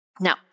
Now